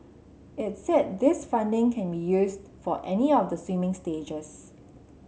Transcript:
it's said this funding can be used for any of the swimming stages